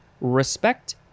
respect